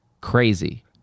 crazy